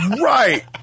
right